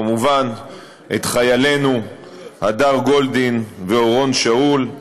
כמובן את חיילינו הדר גולדין ואורון שאול,